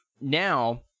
now